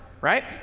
right